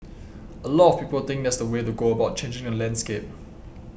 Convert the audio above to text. a lot of people think that that's the way to go about changing the landscape